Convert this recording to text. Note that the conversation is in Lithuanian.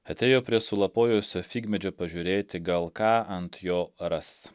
atėjo prie sulapojusio figmedžio pažiūrėti gal ką ant jo ras